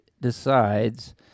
decides